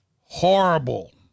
Horrible